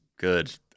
good